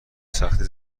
سختی